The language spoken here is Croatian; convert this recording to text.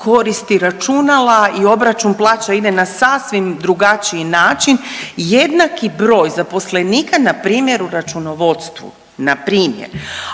koristi računala i obračun plaća ide na sasvim drugačiji način, jednaki broj zaposlenika npr. u računovodstvu, npr.,